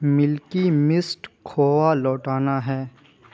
ملکی مسٹ کھووا لوٹانا ہے